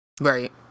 right